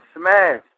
Smash